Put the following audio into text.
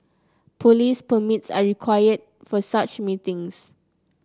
police permits are required for such meetings